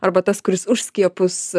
arba tas kuris už skiepus